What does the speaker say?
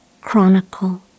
chronicle